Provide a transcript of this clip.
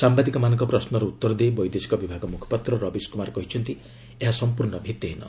ସାମ୍ବାଦିକମାନଙ୍କ ପ୍ରଶ୍ନର ଉତ୍ତର ଦେଇ ବୈଦେଶିକ ବିଭାଗ ମୁଖପାତ୍ର ରବୀଶ କୁମାର କହିଛନ୍ତି ଏହା ସମ୍ପୂର୍ଣ୍ଣ ଭିଭିହୀନ